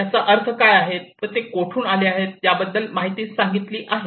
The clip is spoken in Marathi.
याचा अर्थ काय आहे व ते कोठून आहेत याबद्दल माहिती सांगत आहेत